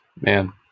man